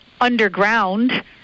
underground